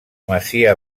masia